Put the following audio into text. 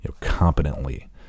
competently